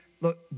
look